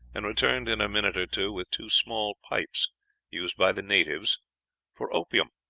and returned in a minute or two with two small pipes used by the natives for opium